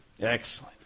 Excellent